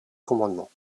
commandement